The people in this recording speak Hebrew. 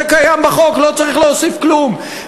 זה קיים בחוק, לא צריך להוסיף כלום.